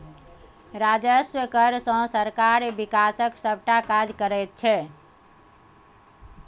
राजस्व कर सँ सरकार बिकासक सभटा काज करैत छै